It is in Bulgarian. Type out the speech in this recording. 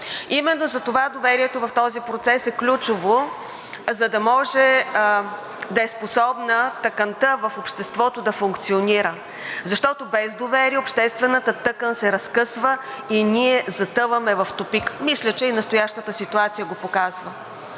Именно затова доверието в този процес е ключово, за да може да е способна тъканта в обществото да функционира. Защото без доверие обществената тъкан се разкъсва и ние затъваме в тупик. Мисля, че и настоящата ситуация го показва.